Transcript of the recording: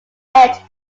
edge